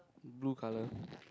blue colour